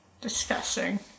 Disgusting